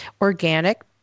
organic